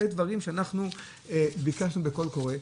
אלה הדברים שאנחנו ביקשנו בקול קורא.